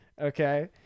Okay